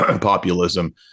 populism